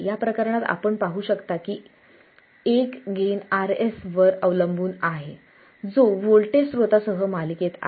या प्रकरणात आपण पाहू शकता की एक गेन Rs वर अवलंबून आहे जो व्होल्टेज स्त्रोतासह मालिकेत आहे